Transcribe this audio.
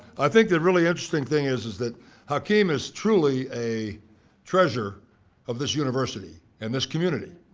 i think the really interesting thing is is that hakim is truly a treasure of this university and this community.